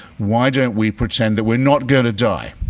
why don't we pretend that we're not going to die,